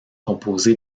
composé